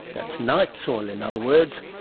that's night soil in other words,